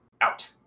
out